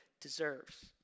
deserves